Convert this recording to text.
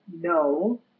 no